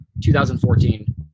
2014